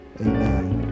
Amen